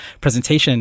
presentation